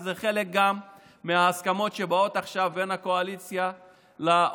וזה גם חלק מההסכמות שבאות עכשיו בין הקואליציה לאופוזיציה.